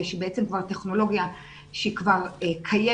שהיא בעצם כבר טכנולוגיה שהיא כבר קיימת,